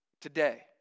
today